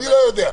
אני לא יודע,